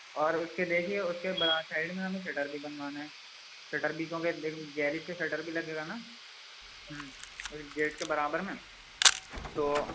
اور اس کے دیکھیے اس کے سائڈ میں ہمیں شٹر بھی بنوانا ہیں شٹر بھی کیونکہ گیریج کے شٹر بھی لگے گا نا ہوں گیٹ کے برابر میں تو